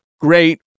great